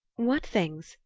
what things?